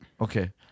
Okay